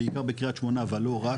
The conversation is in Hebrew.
בעיקר בקרית שמונה ולא רק,